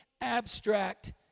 abstract